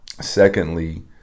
secondly